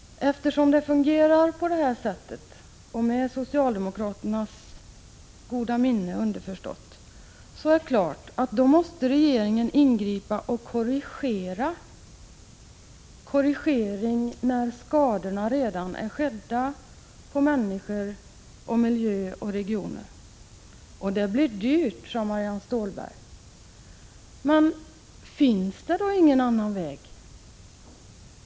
Eftersom det fungerar på det sättet — underförstått med socialdemokraternas goda minne — är det klart att regeringen måste ingripa och korrigera när skadorna redan är skedda på människor, miljö och regioner, och det blir dyrt, sade Marianne Stålberg. Men finns det då ingen annan väg?